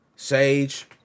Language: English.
Sage